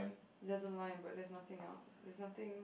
doesn't line but there's nothing out there's nothing